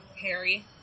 Harry